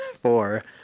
four